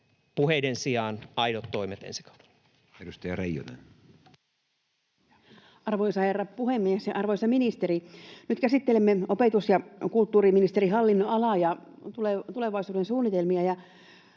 puheiden sijaan aidot toimet ensi kaudella. Edustaja Reijonen. Arvoisa herra puhemies ja arvoisa ministeri! Nyt käsittelemme opetus‑ ja kulttuuriministeriön hallinnonalaa ja tulevaisuudensuunnitelmia.